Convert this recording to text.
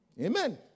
Amen